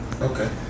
Okay